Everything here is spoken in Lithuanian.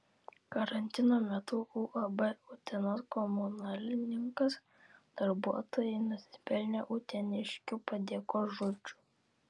karantino metu uab utenos komunalininkas darbuotojai nusipelnė uteniškių padėkos žodžių